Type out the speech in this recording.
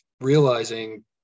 realizing